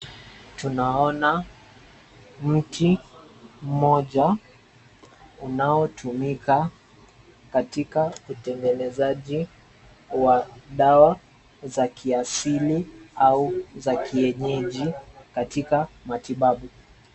Tunaona mti mmoja unaotumika katika utengenezaji wa dawa za kiasili au za kienyeji katika matibabu.